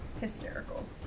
Hysterical